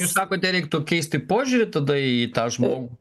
jūs sakote reiktų keisti požiūrį tada į tą žmo